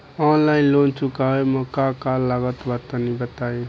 Online loan चुकावे म का का लागत बा तनि बताई?